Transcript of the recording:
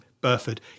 Burford